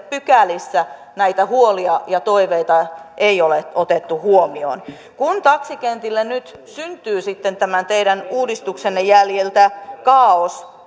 pykälissä näitä huolia ja toiveita ei ole otettu huomioon kun taksikentille syntyy tämän teidän uudistuksenne jäljiltä kaaos